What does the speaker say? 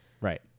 Right